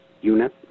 unit